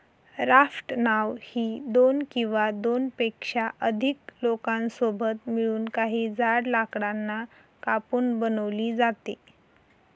raft नाव ही दोन किंवा दोनपेक्षा अधिक लोकांसोबत मिळून, काही जाड लाकडांना कापून बनवली जाते